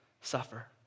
suffer